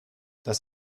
das